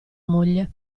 moglie